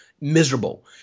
miserable